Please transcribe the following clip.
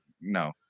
no